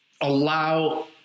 allow